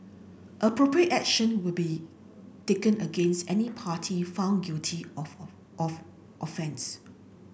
appropriate action will be taken against any party found guilty of of offence